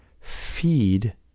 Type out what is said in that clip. feed